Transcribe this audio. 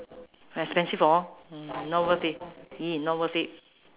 expensive orh not worth it !ee! not worth it